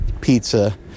pizza